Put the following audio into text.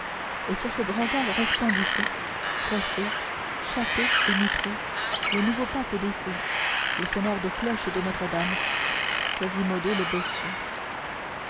et sur ce brancard resplendissait crossé chapé et mitré le nouveau pape des fous le sonneur de cloches de notre-dame quasimodo le bossu